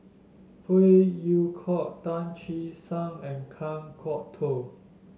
Phey Yew Kok Tan Che Sang and Kan Kwok Toh